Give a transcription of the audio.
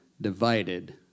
divided